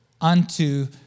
unto